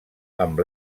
amb